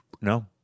no